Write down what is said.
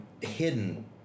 hidden